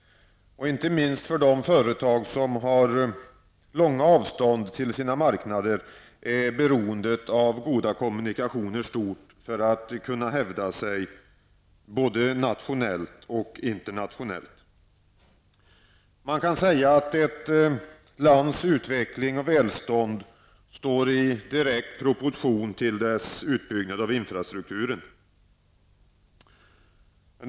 Inte minst för de företag som har långa avstånd till sina marknader är behovet av goda kommunikationer stort för att man skall kunna hävda sig både nationellt och internationellt. Man kan säga att ett lands utveckling och välstånd står i direkt proportion till dess utbyggnad av infrastrukturen.